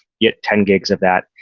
get ten gigs of that.